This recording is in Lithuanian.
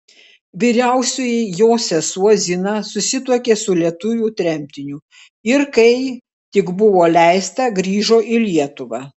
vyriausioji jos sesuo zina susituokė su lietuviu tremtiniu ir kai tik buvo leista grįžo į lietuvą